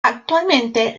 actualmente